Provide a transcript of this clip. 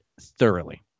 thoroughly